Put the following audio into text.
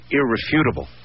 irrefutable